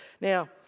Now